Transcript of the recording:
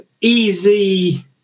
easy